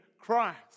Christ